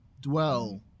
dwell